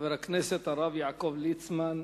חבר הכנסת הרב יעקב ליצמן.